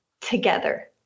together